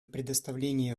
предоставление